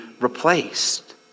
replaced